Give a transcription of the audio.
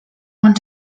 want